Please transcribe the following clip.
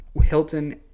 Hilton